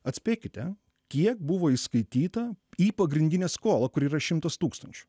atspėkite kiek buvo įskaityta į pagrindinę skolą kuri yra šimtas tūkstančių